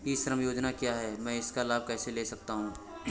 ई श्रम योजना क्या है मैं इसका लाभ कैसे ले सकता हूँ?